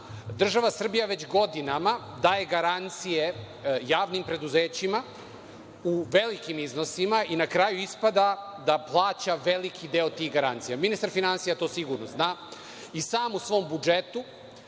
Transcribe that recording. država Srbija već godinama daje garancije javnim preduzećima u velikim iznosima i na kraju ispada da plaća veliki deo tih garancija. Ministar finansija to sigurno zna i sam u svom budžeti